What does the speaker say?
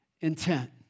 intent